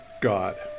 God